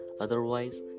Otherwise